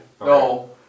No